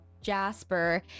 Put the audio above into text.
Jasper